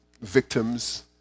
victims